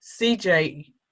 CJ